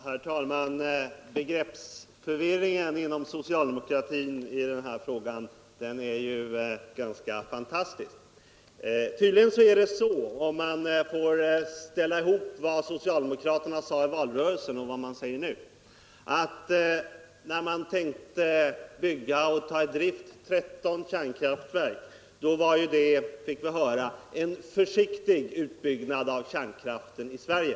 Herr talman! Begreppsförvirringen inom socialdemokratin i denna fråga är ganska fantastisk! Tvydligen är det så. om man får sammanställa vad socialdemokraterna sade under valtrörelsen och vad de säger nu, att när de tänkte bygga och ta i drift 13 kärnkraftverk var det, som vi fick höra, eon. försiktig utbyggnad av kärnkraften i Sverige.